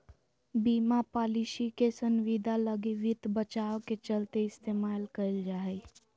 बीमा पालिसी के संविदा लगी वित्त बचाव के चलते इस्तेमाल कईल जा हइ